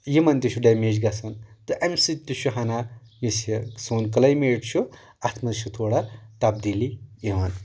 یِمن تہِ چھُ ڈٮ۪میج گژھان تہٕ امہِ سۭتۍ تہِ چھُ ہنا یُس یہِ سون کٔلیمیٹ چھُ اتھ منٛز چھُ تھوڑا تبدیٖلی یِوان